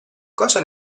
cosa